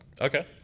Okay